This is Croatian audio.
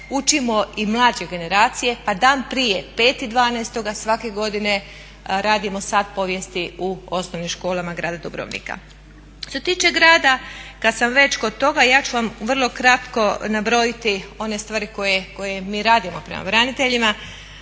učimo i mlađe generacije pa dan prije 5.12. svake godine radimo sat povijesti u osnovnim školama grada Dubrovnika. Što se tiče grada kad sam već kod toga, ja ću vam vrlo kratko nabrojiti one stvari koje mi radimo prema braniteljima,